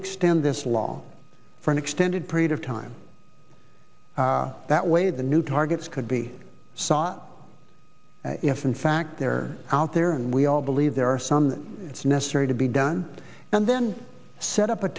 extend this law for an extended period of time that way the new targets could be sought if in fact they're out there and we all believe there are some it's necessary to be done and then set up a